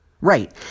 Right